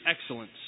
excellence